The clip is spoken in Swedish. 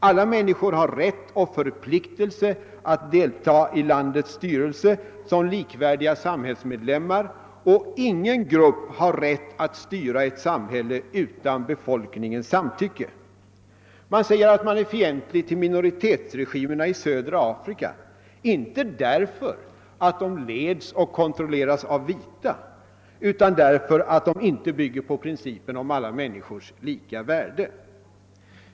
Alla människor har rätt och förpliktelse att delta i landets styrelse som likvärdiga samhällsmedlemmar och ingen grupp har rätt att styra ett samhälle utan befolkningens samtycke. Man säger att man är fientlig till minoritetsregimerna i södra Afrika — inte därför att de leds och kontrolleras av vita utan därför att de inte bygger på principen om alla människors lika värde.